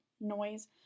noise